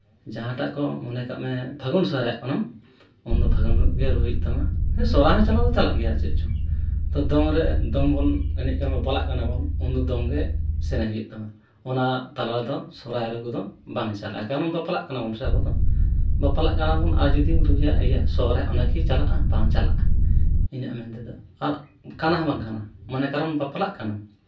ᱡᱟᱦᱟᱸᱴᱟᱜ ᱫᱚ ᱢᱚᱱᱮ ᱠᱟᱜ ᱢᱮ ᱯᱷᱟᱹᱜᱩᱱ ᱥᱚᱨᱦᱟᱭᱚᱜ ᱠᱟᱱᱟᱢ ᱩᱱᱫᱚ ᱯᱷᱟᱹᱜᱩᱱ ᱜᱮ ᱨᱩᱭ ᱦᱩᱭᱩᱜ ᱛᱟᱢᱟ ᱥᱚᱦᱨᱟᱭ ᱦᱚᱸ ᱪᱟᱞᱟᱜ ᱫᱚ ᱪᱟᱞᱟᱜ ᱛᱟᱢᱟ ᱪᱮᱫ ᱪᱚᱝ ᱛᱚ ᱫᱚᱝ ᱨᱮ ᱫᱚᱝ ᱵᱚᱱ ᱮᱱᱮᱡ ᱠᱟᱱᱟ ᱵᱚᱱ ᱫᱚ ᱫᱚᱝ ᱜᱮ ᱥᱮᱨᱮᱧ ᱦᱩᱭᱩᱜ ᱛᱟᱢᱟ ᱚᱱᱟ ᱛᱟᱞᱟ ᱨᱮᱫᱚ ᱥᱚᱨᱦᱟᱭ ᱨᱩ ᱠᱚᱫᱚ ᱵᱟᱝ ᱪᱟᱞᱟᱜᱼᱟ ᱠᱟᱨᱚᱱ ᱵᱟᱯᱞᱟᱜ ᱠᱟᱱᱟᱵᱚᱱ ᱥᱮ ᱟᱵᱚ ᱫᱚ ᱵᱟᱯᱞᱟᱜ ᱠᱟᱱᱟᱵᱚᱱ ᱟᱨ ᱡᱩᱫᱤᱢ ᱞᱟᱹᱭᱟ ᱤᱭᱟᱹ ᱥᱚᱨᱦᱟᱭ ᱚᱱᱟᱠᱤ ᱪᱟᱞᱟᱜᱼᱟ ᱵᱟᱝ ᱪᱟᱞᱟᱜᱼᱟ ᱤᱧᱟᱹᱜ ᱢᱮᱱ ᱛᱮᱫᱚ ᱟᱨ ᱠᱟᱱᱟ ᱦᱚᱸ ᱵᱟᱝ ᱠᱟᱱᱟ ᱠᱟᱨᱚᱱ ᱵᱟᱯᱞᱟᱜ ᱠᱟᱱᱟᱢ